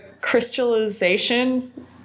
crystallization